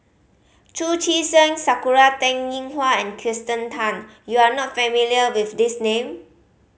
Chu Chee Seng Sakura Teng Ying Hua and Kirsten Tan you are not familiar with these name